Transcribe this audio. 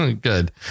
Good